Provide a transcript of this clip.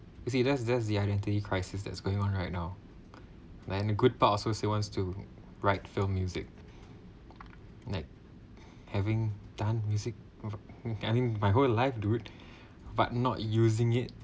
you see that's that's the identity crisis that's going on right now then a good part also still wants to write film music like having done music of I think my whole life dude but not using it